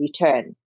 return